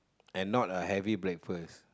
and not a heavy breakfast